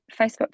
Facebook